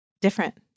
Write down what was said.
different